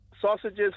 sausages